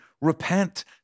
repent